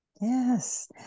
yes